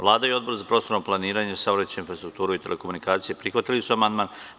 Vlada i Odbor za prostorno planiranje, saobraćajnu infrastrukturu i telekomunikacije prihvatili su amandman.